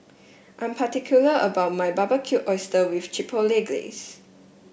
I'm particular about my Barbecued Oysters with Chipotle Glaze